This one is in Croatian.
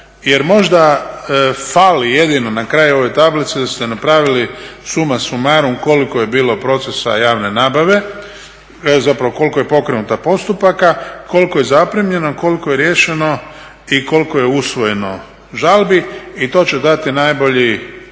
jer možda fali jedino na kraju ove tablice da ste napravili suma sumarum koliko je bilo procesa javne nabave, zapravo koliko je pokrenutih postupaka, koliko je zaprimljeno, koliko je riješeno i koliko je usvojeno žalbi i to će dati najbolji